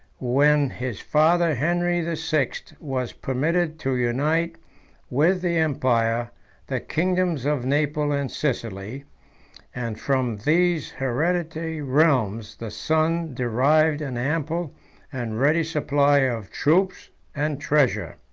when his father henry the sixth was permitted to unite with the empire the kingdoms of naples and sicily and from these hereditary realms the son derived an ample and ready supply of troops and treasure.